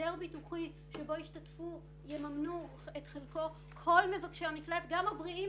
הסדר ביטוחי שבו ישתתפו ויממנו את חלקו כל מבקשי המקלט גם הבריאים